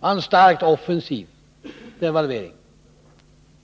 Det var en starkt offensiv devalvering,